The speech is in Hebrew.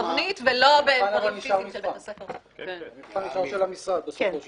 בתוכנית ולא בדברים --- המבחן נשאר של המשרד בסופו של דבר.